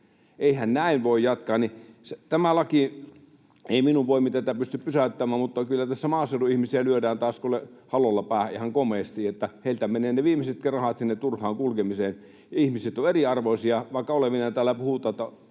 Eihän näin voi jatkaa. Ei tätä lakia minun voimin pysty pysäyttämään, mutta kyllä tässä maaseudun ihmisiä lyödään taas kuule halolla päähän ihan komeasti, niin että heiltä menevät ne viimeisetkin rahat turhaan kulkemiseen. Ihmiset ovat eriarvoisia, vaikka olevinaan täällä puhutaan,